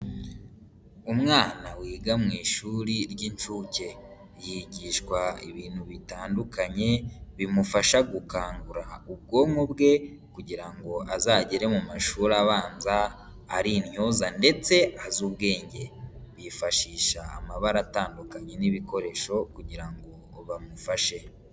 Umwana wiga mu ishuri ry'incuke yigishwa ibintu bitandukanye bimufasha gukangura ubwonko bwe kugira ngo azagere mu mashuri abanza ari intyoza ndetse azi ubwenge, yifashisha amabara atandukanye n'ibikoresho kugira ngo bamufashe.